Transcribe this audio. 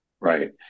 right